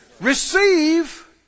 Receive